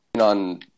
on